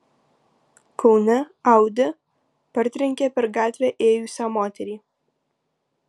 kaune audi partrenkė per gatvę ėjusią moterį